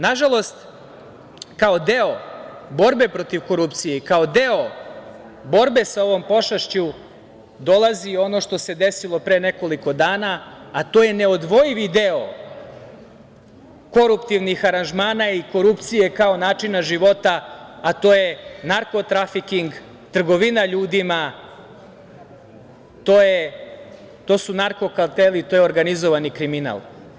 Nažalost, kao deo borbe protiv korupcije i kao deo borbe sa ovom pošašću dolazi ono što se desilo pre nekoliko dana, a to je neodvojivi deo koruptivnih aranžmana i korupcije kao načina života, a to je narko-trafiking, trgovina ljudima, to su narko-karteli, to je organizovani kriminal.